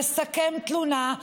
לסכם תלונה,